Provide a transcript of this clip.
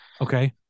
Okay